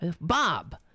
Bob